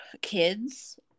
kids